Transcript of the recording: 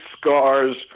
scars